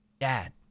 dad